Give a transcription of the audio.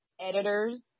editors